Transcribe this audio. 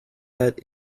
that